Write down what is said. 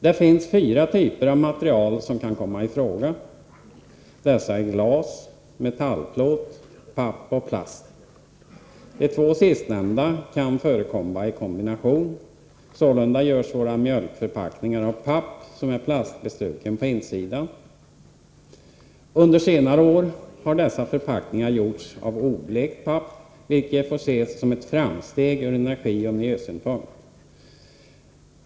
Det finns fyra typer av material som kan komma i fråga — glas, metallplåt, papp och plast. De två sistnämnda kan förekomma i kombination. Sålunda görs våra mjölkförpackningar av papp, med plastbestruken insida. Under senare år har dessa förpackningar gjorts av oblekt papp, vilket får ses som ett framsteg ur energioch miljösynpunkt.